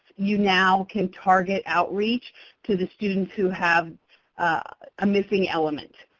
you now can target outreach to the students who have a missing element.